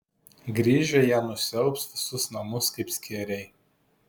grįžę jie nusiaubs visus namus kaip skėriai